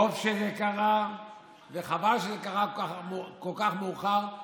טוב שזה קרה וחבל שזה קרה כל כך מאוחר,